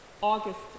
august